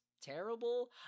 terrible